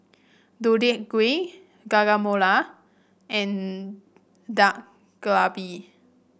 Deodeok Gui Guacamole and Dak Galbi